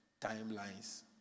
timelines